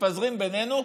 מתפזרים בינינו,